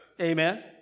Amen